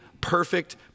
perfect